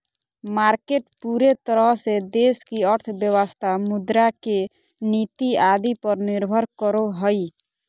market पूरे तरह से देश की अर्थव्यवस्था मुद्रा के नीति आदि पर निर्भर करो हइ